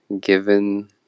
given